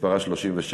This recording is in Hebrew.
מספרה 37,